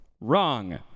Wrong